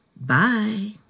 Bye